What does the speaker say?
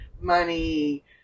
money